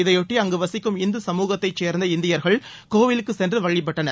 இதைபொட்டி அங்கு வசிக்கும் இந்து சமுகத்தை சேர்ந்த இந்தியர்கள் கோவிலுக்கு சென்று வழிபட்டனர்